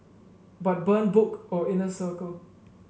but burn book or inner circle